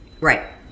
Right